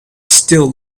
still